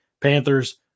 Panthers